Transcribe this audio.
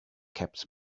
kept